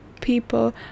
people